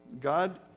God